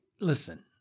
listen